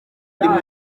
rimwe